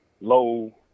low